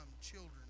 children